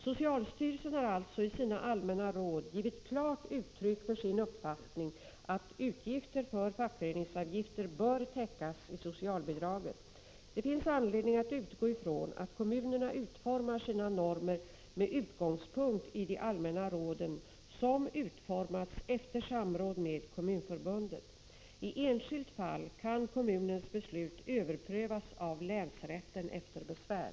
Socialstyrelsen har alltså i sina allmänna råd givit klart uttryck för sin uppfattning att utgifter för fackföreningsavgifter bör täckas i socialbidraget. Det finns anledning att utgå ifrån att kommunerna utformar sina normer med utgångspunkt i de allmänna råden, som utarbetats efter samråd med Kommunförbundet. I ett enskilt fall kan kommunens beslut överprövas av länsrätten efter besvär.